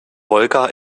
wolga